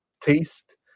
taste